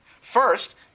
First